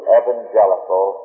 evangelical